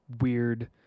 weird